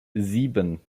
sieben